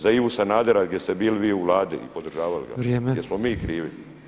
Za Ivu Sanadera gdje ste bili vi u Vladi i podržavali ga [[Upadica predsjednik: Vrijeme.]] Jesmo mi krivi?